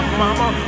mama